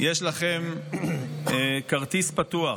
יש לכם כרטיס פתוח,